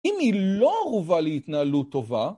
אם היא לא ערובה להתנהלות טובה